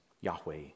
Yahweh